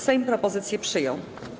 Sejm propozycję przyjął.